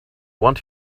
want